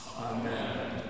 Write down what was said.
Amen